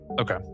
Okay